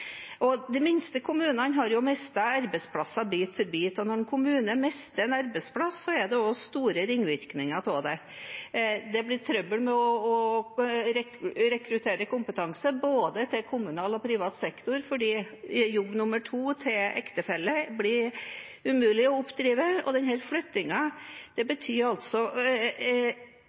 De minste kommunene har jo mistet arbeidsplasser bit for bit, og når en kommune mister en arbeidsplass, har det også store ringvirkninger. Det blir trøbbel med å rekruttere kompetanse til både kommunal og privat sektor, fordi jobb nr. 2, til ektefelle, blir umulig å oppdrive.